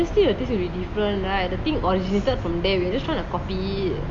obviously the taste will be different right the thing originated from there we're just trying to copy it